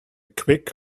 quick